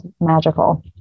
magical